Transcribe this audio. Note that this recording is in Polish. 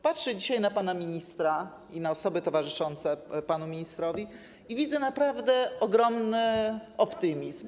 Patrzę dzisiaj na pana ministra i na osoby towarzyszące panu ministrowi i wiedzę naprawdę ogromny optymizm.